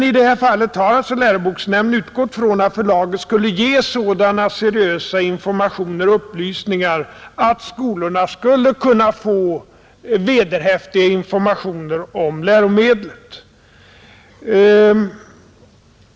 I det här fallet har alltså läroboksnämnden utgått från att förlaget skulle ge sådana seriösa upplysningar att skolorna skulle kunna få vederhäftiga informationer om läromedlet.